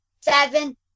seven